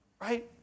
Right